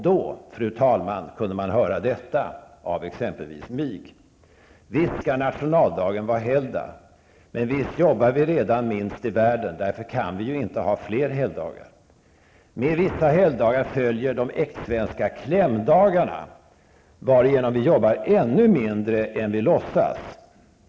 Då kunde man, fru talman, höra detta av exempelvis mig: Visst skall nationaldagen vara helgdag, men visst jobbar vi redan minst i världen. Därför kan vi inte ha fler helgdagar. Med vissa helgdagar följer de äktsvenska klämdagarna, varigenom vi jobbar ännu mindre än vi låtsas.